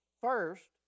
First